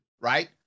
right